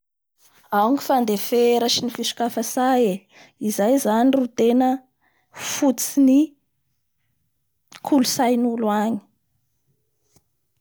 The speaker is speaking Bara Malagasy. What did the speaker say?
Ao fandefer sy ny fisokafa say e, izay zany no tena fototsin'ny koontsay gnolo agny